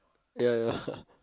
ya ya ya